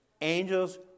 angels